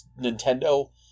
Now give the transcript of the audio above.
Nintendo